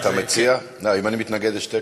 אם אני מתנגד, יש תיקו.